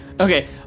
Okay